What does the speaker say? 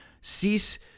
Cease